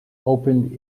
opened